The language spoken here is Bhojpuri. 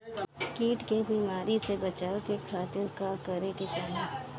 कीट के बीमारी से बचाव के खातिर का करे के चाही?